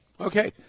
Okay